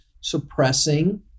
suppressing